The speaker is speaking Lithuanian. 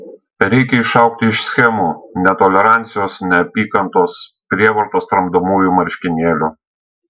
reikia išaugti iš schemų netolerancijos neapykantos prievartos tramdomųjų marškinėlių